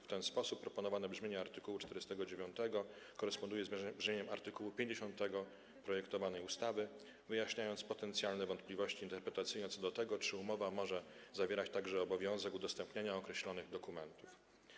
W ten sposób proponowane brzmienie art. 49 koresponduje z brzmieniem art. 50 projektowanej ustawy, wyjaśniając potencjalne wątpliwości interpretacyjne co do tego, czy umowa może zawierać także obowiązek udostępniania określonych dokumentów.